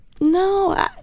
No